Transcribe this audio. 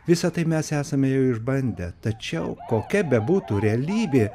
visa tai mes esame jau išbandę tačiau kokia bebūtų realybė